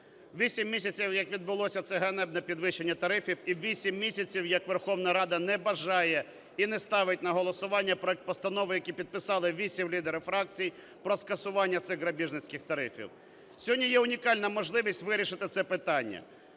Вісім місяців, як відбулося це ганебне підвищення тарифів, і вісім місяців, як Верховна Рада не бажає і не ставить на голосування проект постанови, які підписали вісім лідерів фракцій про скасування цих грабіжницьких тарифів. Сьогодні є унікальна можливість вирішити це питання.